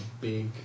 big